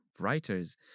writers